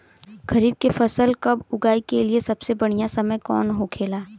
खरीफ की फसल कब उगाई के लिए सबसे बढ़ियां समय कौन हो खेला?